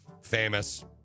Famous